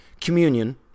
Communion